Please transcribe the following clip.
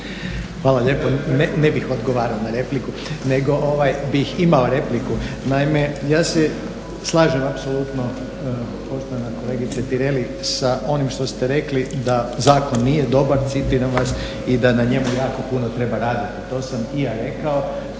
hvala lijepo. Ne bih odgovarao na repliku, nego bih imao repliku. Naime, ja se slažem apsolutno poštovana kolegice Tireli sa onim što ste rekli da zakon nije dobar, citiram vas, i da na njemu jako puno treba raditi. To sam i ja rekao,